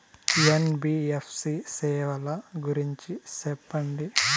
NBFC సేవల గురించి సెప్పండి?